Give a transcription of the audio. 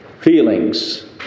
feelings